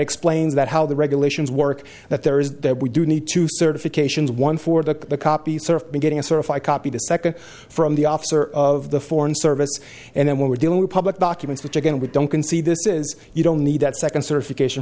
explains that how the regulations work that there is that we do need to certifications one for the copy sort of been getting a certified copy the second from the officer of the foreign service and then when we're dealing with public documents which again we don't concede this is you don't need that second certification